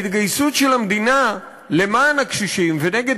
ההתגייסות של המדינה למען הקשישים ונגד